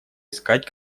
искать